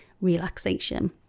relaxation